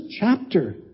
chapter